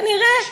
כנראה,